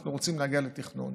אנחנו רוצים להגיע לתכנון.